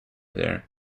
there